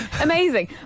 amazing